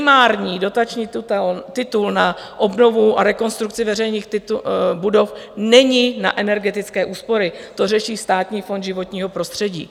Primární dotační titul na obnovu a rekonstrukci veřejných budov není na energetické úspory, to řeší Státní fond životního prostředí.